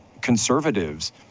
conservatives